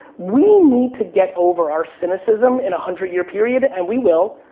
we need to get over our cynicism in a hundred-year period, and we will,